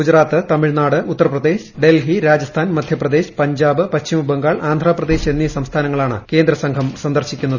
ഗുജറാത്ത് തമിഴ്നാട് ഉത്തർപ്രദേശ് ഡൽഹി രാജസ്ഥാൻ മധ്യപ്രദേശ് പഞ്ചാബ് പശ്ചിമബംഗാൾ ആന്ധ്രാപ്രദേശ് എന്നീ സംസ്ഥാനങ്ങളാണ് കേന്ദ്ര സംഘം സന്ദർശിക്കുന്നത്